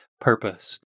purpose